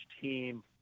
team